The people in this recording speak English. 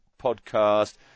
podcast